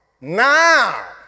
now